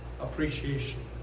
appreciation